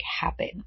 happen